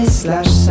slash